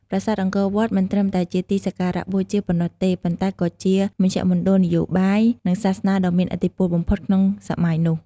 ប្រាសាទអង្គរវត្តមិនត្រឹមតែជាទីសក្ការៈបូជាប៉ុណ្ណោះទេ ប៉ុន្តែក៏ជាមជ្ឈមណ្ឌលនយោបាយ និងសាសនាដ៏មានឥទ្ធិពលបំផុតក្នុងសម័យនោះ។